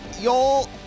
y'all